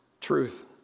Truth